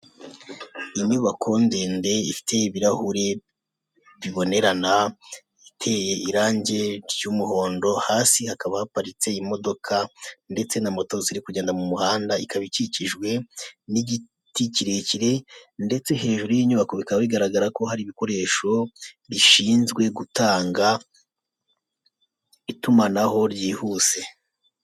Inyubako ndende ifite ibirahure bibonerana iteye irangi ry'umuhondo hasi hakaba haparitse imodoka ndetse na moto ziri kugenda mu muhanda ikaba ikikijwe n'igiti kirekire ndetse hejuru y'inyubako bikaba bigaragara ko hari ibikoresho bishinzwe gutanga itumanaho ryihuse.